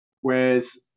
whereas